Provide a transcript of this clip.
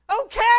okay